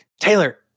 Taylor